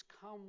come